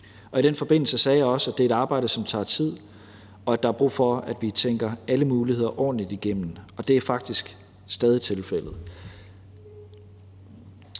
og i den forbindelse sagde jeg også, at det er et arbejde, som tager tid, og at der er brug for, at vi tænker alle muligheder ordentligt igennem, og det er faktisk stadig tilfældet.